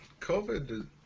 COVID